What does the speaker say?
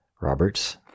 Roberts